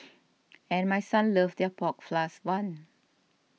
and my son loves their pork floss one